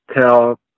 tell